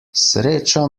sreča